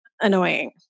annoying